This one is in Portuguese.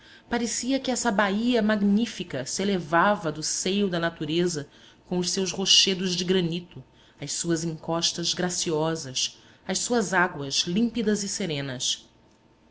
parecia que essa baía magnífica se elevava do seio da natureza com os seus rochedos de granito as suas encostas graciosas as suas águas límpidas e serenas